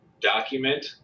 document